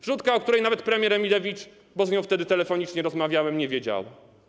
Wrzutka, o której nawet premier Emilewicz, bo z nią wtedy telefonicznie rozmawiałem, nie wiedziała.